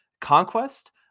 conquest